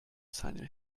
seinen